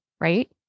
right